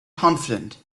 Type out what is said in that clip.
confident